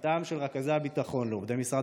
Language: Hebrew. הפיכתם של רכזי הביטחון לעובדי משרד